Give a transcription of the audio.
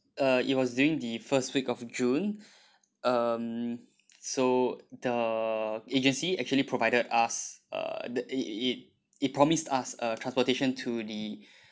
uh it was during the first week of june um so the agency actually provided us uh the it it it promised us a transportation to the